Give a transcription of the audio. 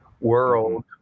world